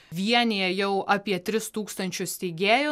vienija jau apie tris tūkstančius steigėjų